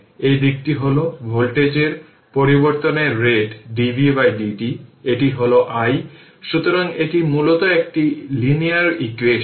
এই দিকটি হল ভোল্টেজের পরিবর্তনের রেট dvdt এটি হল i সুতরাং এটি মূলত একটি লিনিয়ার ইকুয়েশন